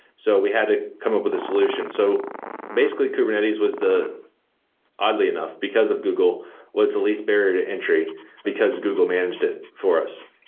so we had to come up with a solution. so basically, kubernetes was oddly enough, because of google was the least barred ah entry because google managed it for us.